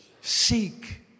Seek